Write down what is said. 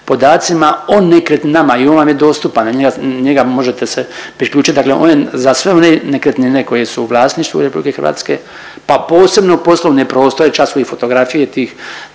podacima o nekretninama i on vam je dostupan, na njega možete se priključit, dakle on je za sve one nekretnine koje su u vlasništvu RH pa posebno poslovne prostore, čak su u fotografije tih